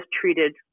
treated